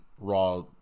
Raw